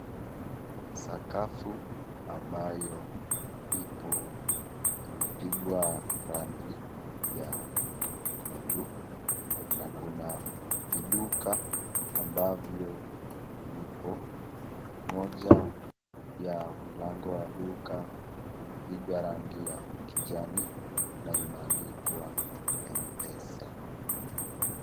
Sakafu ambayo ipo imepigwa rangi ya nyekundu na kuna viduka ambavyo vipo, moja ya mlango wa duka imepigwa rangi ya kijani na imeandikwa M-Pesa.